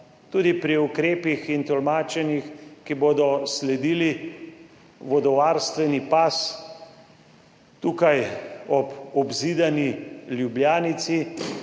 tudi pri ukrepih in tolmačenjih, ki bodo sledili. Vodovarstveni pas tukaj ob obzidani Ljubljanici